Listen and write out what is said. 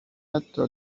حتا